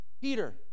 Peter